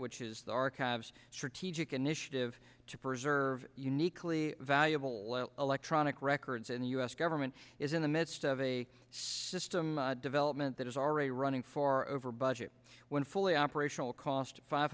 which is the archives strategic initiative to preserve uniquely valuable electronic records in the u s government is in the midst of a system development that is already running for over budget when fully operational cost five